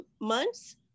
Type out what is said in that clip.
months